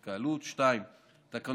של הוראות אלה וההגדרות שקבועות בתקנות,